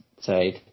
side